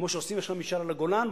כמו שעושים עכשיו משאל על הגולן,